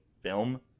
film